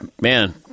man